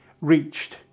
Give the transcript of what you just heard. reached